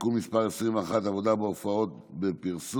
(תיקון מס' 21) (עבודה בהופעות פרסום),